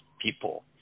people